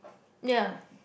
ya